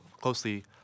closely